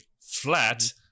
flat